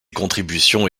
contributions